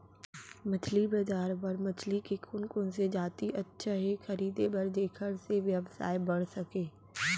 मछली बजार बर मछली के कोन कोन से जाति अच्छा हे खरीदे बर जेकर से व्यवसाय बढ़ सके?